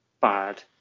bad